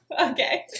okay